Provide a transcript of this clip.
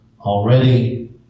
already